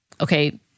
Okay